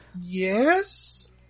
Yes